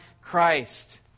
Christ